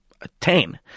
attain